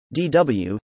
DW